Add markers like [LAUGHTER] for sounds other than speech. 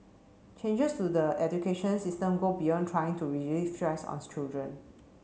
changes to the education system go beyond trying to [UNINTELLIGIBLE] stress on children